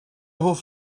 hoff